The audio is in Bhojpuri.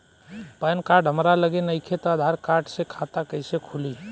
पैन कार्ड हमरा लगे नईखे त आधार कार्ड से खाता कैसे खुली?